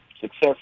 success